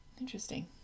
Interesting